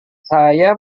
saya